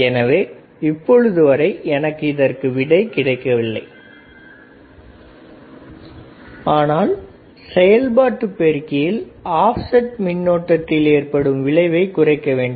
எனவே இப்பொழுது வரை எனக்கு இதற்கு விடை கிடைக்கவில்லை ஆனால் செயல்பாட்டுப் பெருக்கியில் ஆப்செட் மின்னோட்டத்தில் ஏற்படும் விளைவை குறைக்க வேண்டும்